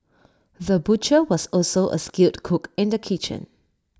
the butcher was also A skilled cook in the kitchen